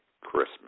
christmas